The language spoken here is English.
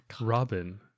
robin